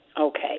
Okay